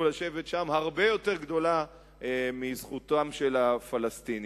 לשבת שם הרבה יותר גדולה מזכותם של הפלסטינים.